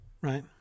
right